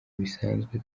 bisanzwe